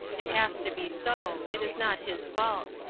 it has to be so it is not his fault.